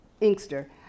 Inkster